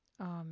Amen